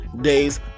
days